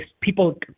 people